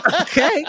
Okay